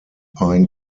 pine